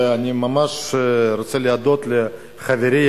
ואני ממש רוצה להודות לחברי,